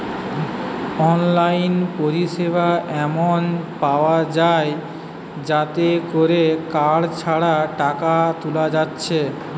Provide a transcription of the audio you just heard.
online পরিসেবা এমন পায়া যায় যাতে কোরে কার্ড ছাড়া টাকা তুলা যাচ্ছে